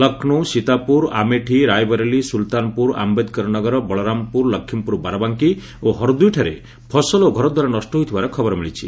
ଲକ୍ଷ୍ନୌ ସୀତାପୁର ଆମେଠି ରାୟବରେଲି ସୁଲତାନପୁର ଆମ୍ବେଦକରନଗର ବଳରାମପୁର ଲକ୍ଷ୍ମୀପୁର ବାରବାଙ୍କୀ ଓ ହର୍ଦୁଇଠାରେ ଫସଲ ଓ ଘରଦ୍ୱାର ନଷ୍ଟ ହୋଇଥିବାର ଖବର ମିଳିଛି